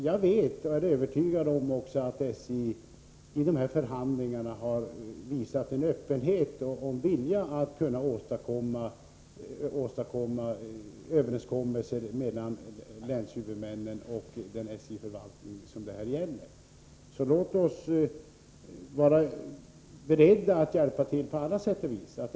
Jag vet och är också övertygad om att SJ i förhandlingarna har visat en öppenhet och vilja att få till stånd överenskommelser mellan länshuvudmännen och den SJ-förvaltning det här gäller. Låt oss vara beredda att hjälpa till på alla sätt och vis!